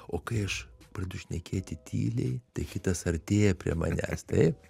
o kai aš pradedu šnekėti tyliai tai kitas artėja prie manęs taip